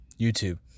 youtube